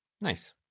Nice